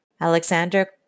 Alexander